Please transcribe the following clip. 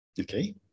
Okay